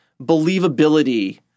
believability